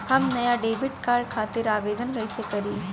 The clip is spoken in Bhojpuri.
हम नया डेबिट कार्ड खातिर आवेदन कईसे करी?